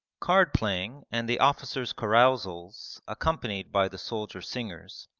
cardplaying and the officers' carousals accompanied by the soldier-singers,